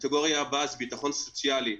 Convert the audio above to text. הקטגוריה הבאה היא ביטחון סוציאלי.